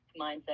mindset